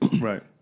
right